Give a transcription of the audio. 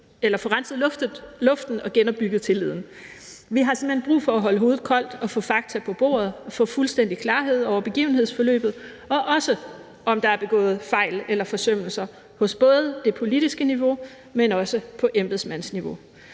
får renset luften og genopbygget tilliden. Vi har simpelt hen brug for at holde hovedet koldt og få fakta på bordet og få fuldstændig klarhed over begivenhedsforløbet, og også om der er begået fejl eller nogen har gjort sig skyldig i forsømmelser på både det politiske niveau, men også på embedsmandsniveau.